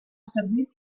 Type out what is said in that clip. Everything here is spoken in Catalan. servit